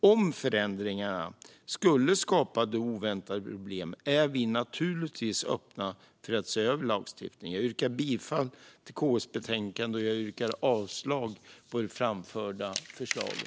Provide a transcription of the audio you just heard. Om förändringarna skulle skapa oväntade problem är vi naturligtvis öppna för att se över lagstiftningen. Jag yrkar bifall till utskottets förslag i KU:s betänkande och avslag på det framförda förslaget.